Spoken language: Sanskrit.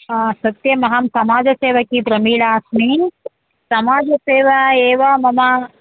हा सत्यमहं समाजसेवा की प्रमीणा अस्मि समाजसेवा एव मम